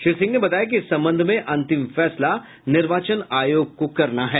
श्री सिंह ने बताया कि इस संबंध में अंतिम फैसला निर्वाचन आयोग को करना है